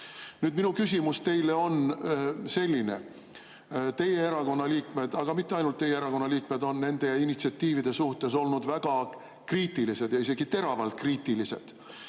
öelda. Minu küsimus teile on selline. Teie erakonna liikmed, aga mitte ainult teie erakonna liikmed, on nende initsiatiivide suhtes olnud väga kriitilised, isegi teravalt kriitilised.